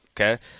Okay